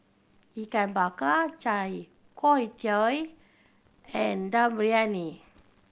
Ikan Bakar chai tow kway and Dum Briyani